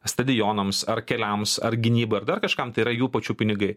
stadionams ar keliams ar gynybai ar dar kažkam tai yra jų pačių pinigai